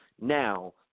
Now